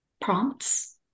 prompts